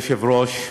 אדוני היושב-ראש,